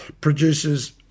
produces